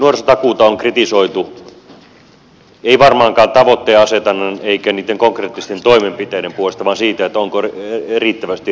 tätä nuorisotakuuta on kritisoitu ei varmaankaan tavoitteenasetannan eikä konkreettisten toimenpiteiden puolesta vaan siitä onko riittävästi resursseja